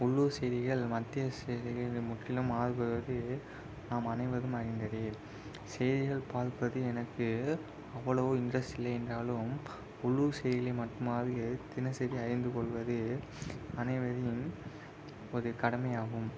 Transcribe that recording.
உள்ளூர் செய்திகள் மத்திய செய்திகளின் முற்றிலும் மாறுபடுவது நாம் அனைவரும் அறிந்ததே செய்திகள் பார்ப்பது எனக்கு அவ்வளவு இன்ட்ரெஸ்ட் இல்லை என்றாலும் உள்ளூர் செய்திகளை மட்டுமாவது தினசரி அறிந்து கொள்வது அனைவரின் ஒரு கடமை ஆகும்